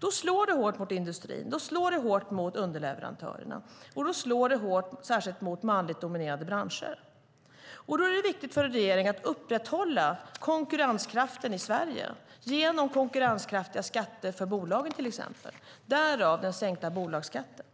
Det slår hårt mot industrin, mot underleverantörerna och särskilt hårt mot manligt dominerade branscher. Då är det viktigt för regeringen att upprätthålla konkurrenskraften i Sverige genom till exempel konkurrenskraftiga skatter för bolagen, därav den sänkta bolagsskatten.